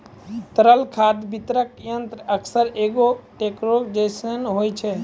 तरल खाद वितरक यंत्र अक्सर एगो टेंकरो जैसनो होय छै